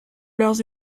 leur